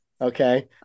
Okay